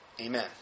Amen